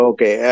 Okay